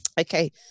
Okay